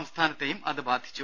സംസ്ഥാനത്തെയും അത് ബാധിച്ചു